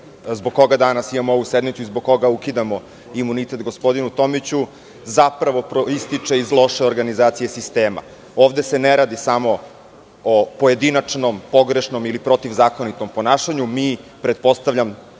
zbog koga danas imamo ovu sednicu i zbog koga ukidamo imunitet gospodinu Tomiću zapravo proističe iz loše organizacije sistema. Ovde se ne radi samo o pojedinačnom, pogrešnom ili protivzakonitom ponašanju, pretpostavljam